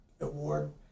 award